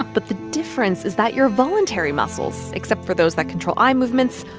but the difference is that your voluntary muscles, except for those that control eye movements,